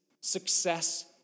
success